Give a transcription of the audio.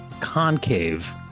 concave